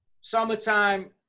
summertime